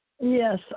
Yes